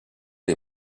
les